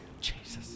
Jesus